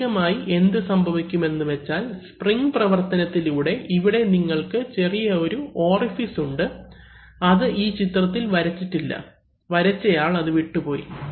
പ്രാഥമികമായി എന്ത് സംഭവിക്കും എന്ന് വെച്ചാൽ സ്പ്രിംഗ് പ്രവർത്തനത്തിലൂടെ ഇവിടെ നിങ്ങൾക്ക് ചെറിയ ഒരു ഓറിഫിസ് ഉണ്ട് അത് ഈ ചിത്രത്തിൽ വരച്ചിട്ടില്ല വരച്ചയാൾ അത് വിട്ടുപോയി